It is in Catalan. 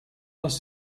les